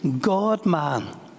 God-man